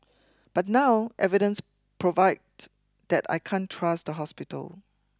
but now evidence provide that I can't trust the hospital